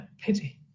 pity